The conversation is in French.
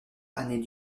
année